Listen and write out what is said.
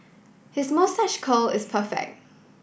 his moustache curl is perfect